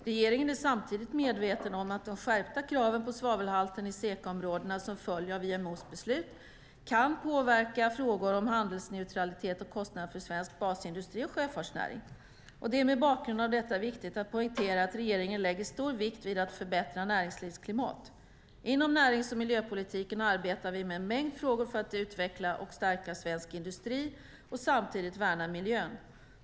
Regeringen är samtidigt medveten om att de skärpta kraven på svavelhalten i SECA-områdena som följer av IMO:s beslut kan påverka frågor om handelsneutralitet och kostnaderna för svensk basindustri och sjöfartsnäring. Det är mot bakgrund av detta viktigt att poängtera att regeringen lägger stor vikt vid ett förbättrat näringslivsklimat. Inom närings och miljöpolitiken arbetar vi med en mängd frågor för att utveckla och stärka svensk industri och samtidigt värna miljön.